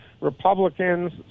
Republicans